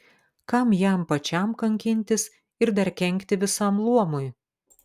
kam jam pačiam kankintis ir dar kenkti visam luomui